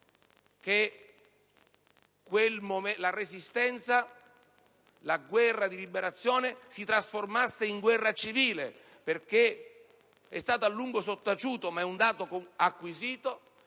che la Resistenza, la guerra di liberazione si trasformasse in guerra civile, perché è stato a lungo sottaciuto, ma è un dato acquisito,